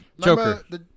Joker